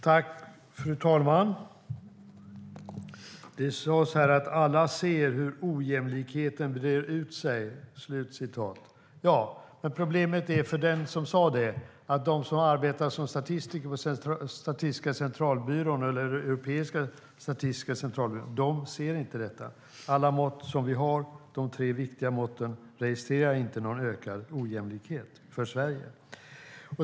Fru talman! Det sades här att alla ser hur ojämlikheten breder ut sig. Problemet för den som sade det är att de som arbetar som statistiker på Statistiska centralbyrån eller Europeiska statistiska centralbyrån inte ser detta. Av alla mått som vi har, de tre viktiga måtten, registrerar inget någon ökad ojämlikhet för Sverige.